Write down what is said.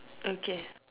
okay